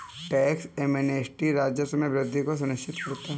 tax amnesty राजस्व में वृद्धि को सुनिश्चित करता है